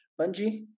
bungee